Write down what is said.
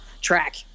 track